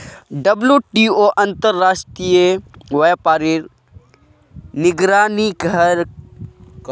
WTO अंतर्राश्त्रिये व्यापारेर निगरानी करोहो